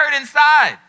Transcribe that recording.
inside